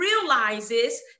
realizes